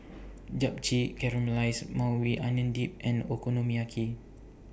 Japchae Caramelized Maui Onion Dip and Okonomiyaki